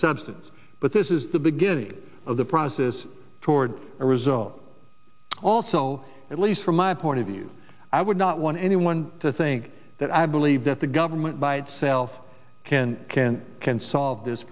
substance but this is the beginning of the process toward a result also at least from my point of view i would not want anyone to think that i believe that the government by itself can can can solve this